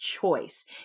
choice